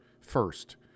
first